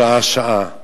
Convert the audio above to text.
שעה-שעה,